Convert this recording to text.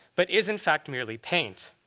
but is in fact merely paint.